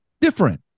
different